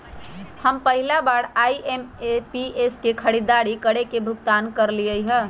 हम पहिला बार आई.एम.पी.एस से खरीदारी करके भुगतान करलिअई ह